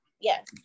yes